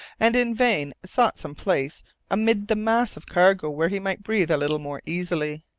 and in vain sought some place amid the mass of cargo where he might breathe a little more easily.